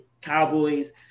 Cowboys